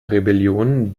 rebellion